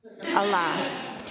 Alas